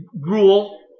rule